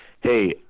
Hey